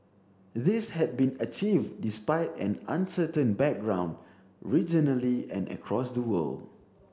this had been achieved despite an uncertain background regionally and across the world